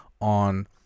on